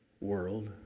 world